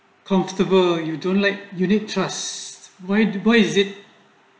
comfortable you don't like unit trusts why why is it